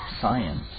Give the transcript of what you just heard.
science